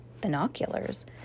binoculars